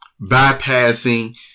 bypassing